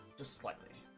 to slightly